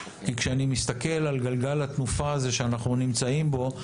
כי כשאני מסתכל על גלגל התנופה שאנחנו נמצאים בו,